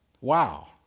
Wow